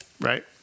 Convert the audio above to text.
right